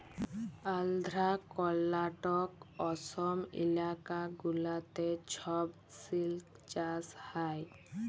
আল্ধ্রা, কর্লাটক, অসম ইলাকা গুলাতে ছব সিল্ক চাষ হ্যয়